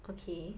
okay